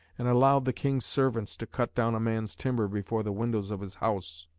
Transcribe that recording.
and allowed the king's servants to cut down a man's timber before the windows of his house.